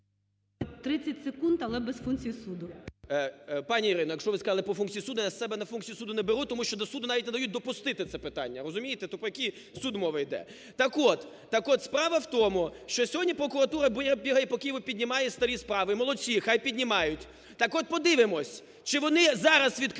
30 секунд, але без функцій суду. ЛЕВЧЕНКО Ю.В. Пані Ірино, якщо ви сказали про функції суду, я на себе функції суду не беру, тому що до суду навіть не дають допустити це питання, розумієте, то про який суд мова йде? Так от справа у тому, що сьогодні прокуратура бігає по Києву, піднімає старі справи. Молодці, хай піднімають. Так от подивимось, чи вони зараз відкриють